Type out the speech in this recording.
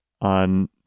on